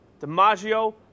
DiMaggio